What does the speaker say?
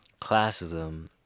classism